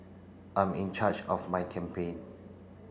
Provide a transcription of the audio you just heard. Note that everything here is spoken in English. I'm in charge of my campaign